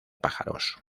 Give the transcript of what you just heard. pájaros